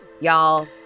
Y'all